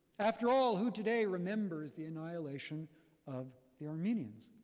after all, who today remembers the annihilation of the armenians?